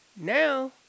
Now